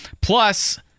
Plus